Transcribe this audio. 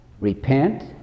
repent